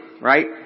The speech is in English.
right